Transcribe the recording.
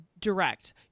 direct